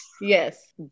Yes